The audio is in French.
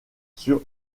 sur